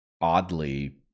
oddly